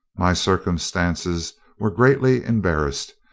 my circumstances were greatly embarrassed,